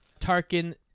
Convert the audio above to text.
Tarkin